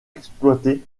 exploitée